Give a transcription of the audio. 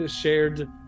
shared